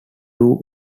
two